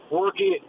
working